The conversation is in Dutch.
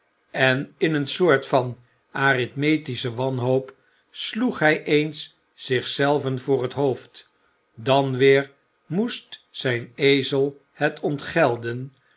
en in eene soort van arithmetische wanhoop sloeg hij eens zich zelven voor het hoofd en dan weer moest zijn ezel het ontgelden